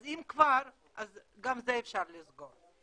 אם כבר גם זה אפשר לסגור.